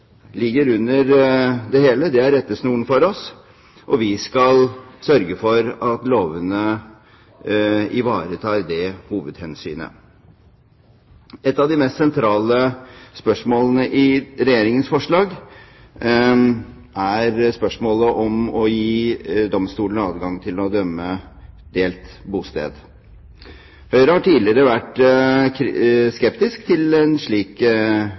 ligger under det hele. Det er rettesnoren for oss, og vi skal sørge for at lovene ivaretar det hovedhensynet. Ett av de mest sentrale spørsmålene i Regjeringens forslag er om man skal gi domstolene adgang til å idømme delt bosted. Høyre har tidligere vært skeptisk til en slik